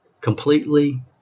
completely